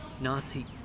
Nazi